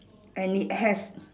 and it has